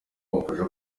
bamufasha